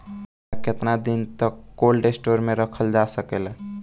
केला केतना दिन तक कोल्ड स्टोरेज में रखल जा सकेला?